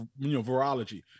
virology